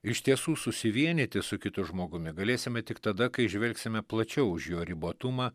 iš tiesų susivienyti su kitu žmogumi galėsime tik tada kai žvelgsime plačiau už jo ribotumą